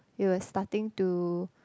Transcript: it was starting to